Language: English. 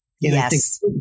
Yes